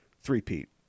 three-peat